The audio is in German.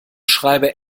schreibe